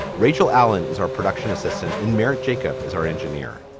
rachel allen is our production assistant in merrett. jacob is our engineer.